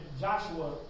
Joshua